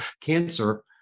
cancer